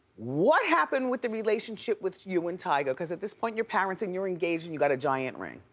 what happened with the relationship with you and tyga cause at this point you're parents and you're engaged and you got a giant ring.